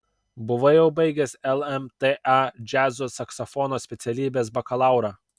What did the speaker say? buvai jau baigęs lmta džiazo saksofono specialybės bakalaurą